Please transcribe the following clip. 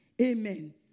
Amen